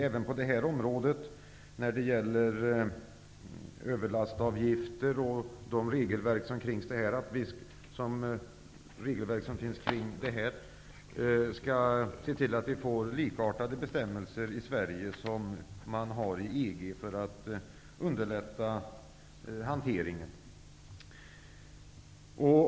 Även på detta område, som gäller överlastavgifter och de regelverk som finns kring detta, bör vi se till att få likartade bestämmelser i Sverige och i EG för att underlätta hanteringen.